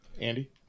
Andy